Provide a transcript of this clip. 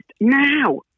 Now